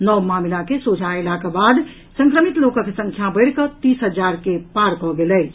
नव मामिला के सोझाा अयलाक बाद संक्रमित लोकक संख्या बढ़िकऽ तीस हजार के पार कऽ गेल अछि